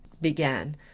began